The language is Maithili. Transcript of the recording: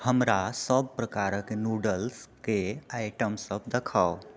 हमरा सभ प्रकारक नूडल्स के आइटमसभ देखाउ